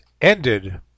ended